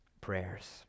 prayers